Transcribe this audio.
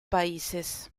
países